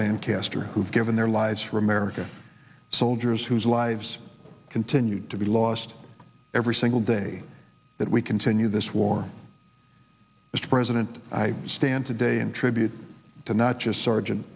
lancaster who've given their lives for america soldiers whose lives continue to be lost every single day that we continue this war mr president i stand today in tribute to not just sergeant